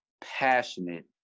passionate